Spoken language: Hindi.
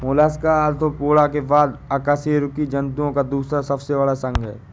मोलस्का आर्थ्रोपोडा के बाद अकशेरुकी जंतुओं का दूसरा सबसे बड़ा संघ है